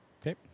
Okay